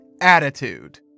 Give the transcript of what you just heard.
attitude